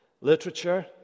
literature